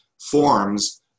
forms